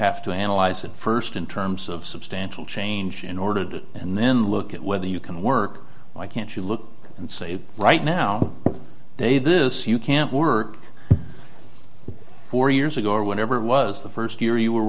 to analyze it first in terms of substantial change in ordered and then look at whether you can work why can't you look and say right now they this you can't work four years ago or whenever it was the first year you were